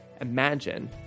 Imagine